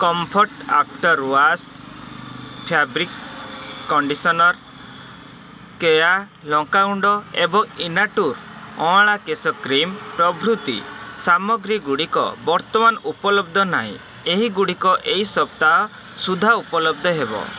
comfort after wash fabric conditioner Keya ଲଙ୍କା ଗୁଣ୍ଡ ଏବଂ ଇନାଟୁର ଅଁଳା କେଶ କ୍ରିମ୍ ପ୍ରଭୃତି ସାମଗ୍ରୀଗୁଡ଼ିକ ବର୍ତ୍ତମାନ ଉପଲବ୍ଧ ନାହିଁ ଏହିଗୁଡ଼ିକ ଏହି ସପ୍ତାହ ସୁଦ୍ଧା ଉପଲବ୍ଧ ହେବ